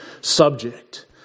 subject